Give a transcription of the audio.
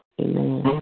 Amen